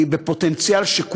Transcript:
בפוטנציאל,